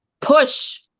push